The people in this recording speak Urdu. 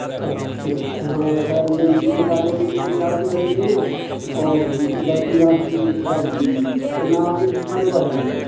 اچھا اچھا ہاں خیر میں مطالعے کی کتاب بھی خریدنی ہے اور درسیاب کی بھی کتاب خریدنی ہے تو میں آپ کے دکان ہی پہ آ جاوّں گا